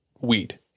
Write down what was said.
weed